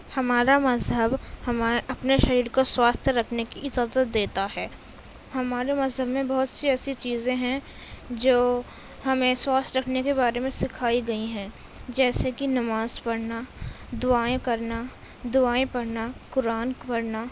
ہمارا مذہب ہمائے اپنے شریر کو سواستھ رکھنے کی اجازت دیتا ہے ہمارے مذہب میں بہت سی ایسی چیزیں ہیں جو ہمیں سواستھ رکھنے کے بارے میں سکھائی گئیں ہیں جیسے کہ نماز پڑھنا دعائیں کرنا دعائیں پڑھنا قرآن کو پڑھنا